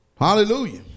Hallelujah